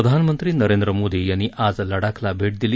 प्रधानमंत्री नरेंद्र मोदी यांनी आज लडाखला भेट दिली